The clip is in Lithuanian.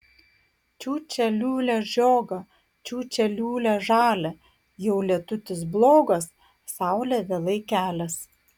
čiūčia liūlia žiogą čiūčia liūlia žalią jau lietutis blogas saulė vėlai kelias